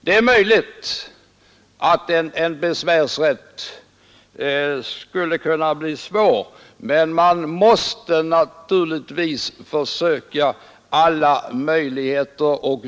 Det är möjligt att en besvärsrätt är svår att genomföra, men vi måste pröva alla möjligheter.